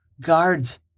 guards